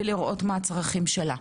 ולראות מה צרכיה.